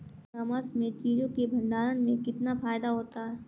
ई commerce में चीज़ों के भंडारण में कितना फायदा होता है?